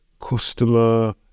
customer